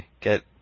Get